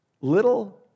little